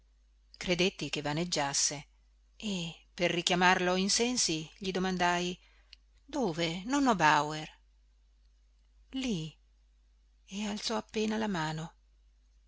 credetti che vaneggiasse e per richiamarlo in sensi gli domandai dove nonno bauer lì e alzò appena la mano